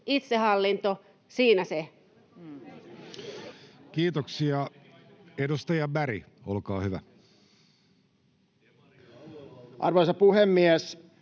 itsehallinto — siinä se. Kiitoksia. — Edustaja Berg, olkaa hyvä. Arvoisa puhemies!